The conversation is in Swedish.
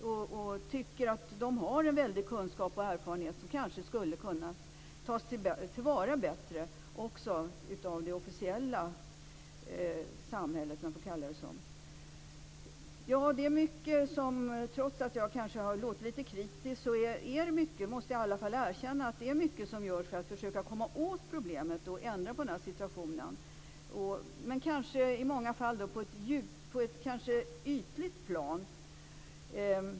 De tycker att de har en stor kunskap och erfarenhet som kanske skulle kunna tas till vara bättre också av det s.k. officiella samhället. Jag har kanske låtit lite kritisk, men jag måste erkänna att det görs mycket för att man skall komma åt det här problemet och förändra situationen. Men man arbetar kanske i många fall på ett ytligt plan.